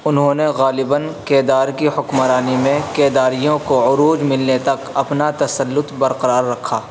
انہوں نے غالباً کیدار کی حکمرانی میں کیداریوں کو عروج ملنے تک اپنا تسلط برقرار رکھا